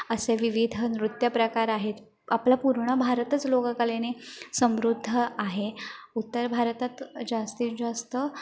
असे विविध नृत्यप्रकार आहेत आपला पूर्ण भारतच लोककलेने समृद्ध आहे उत्तर भारतात जास्तीत जास्त